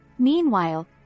Meanwhile